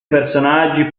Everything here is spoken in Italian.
personaggi